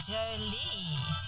Jolie